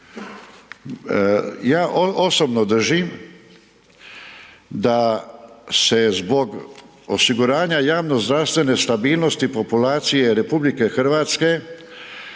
Ja osobno držim da se zbog osiguranja javnozdravstvene stabilnosti populacije RH strateški,